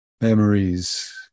memories